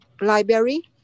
library